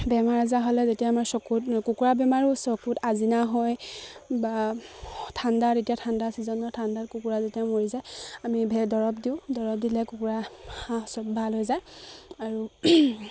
বেমাৰ আজাৰ হ'লে যেতিয়া আমাৰ চকুত কুকুৰা বেমাৰো চকুত আজিনা হয় বা ঠাণ্ডা এতিয়া ঠাণ্ডা ছিজন হয় ঠাণ্ডাত কুকুৰা যেতিয়া মৰি যায় আমি দৰৱ দিওঁ দৰৱ দিলে কুকুৰা ভাল হৈ যায় আৰু